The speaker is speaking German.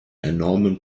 enormen